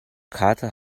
kater